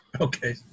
okay